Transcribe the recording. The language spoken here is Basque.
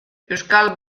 euskal